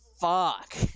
Fuck